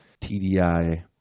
tdi